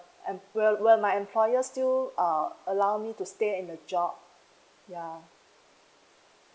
em~ will will my employers still err allow me to stay in the job ya